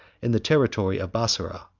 in the territory of bassora.